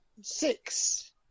six